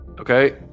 Okay